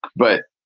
but